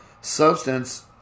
substance